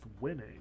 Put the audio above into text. winning